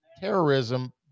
terrorism